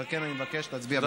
ועל כן אני מבקש להצביע בעד.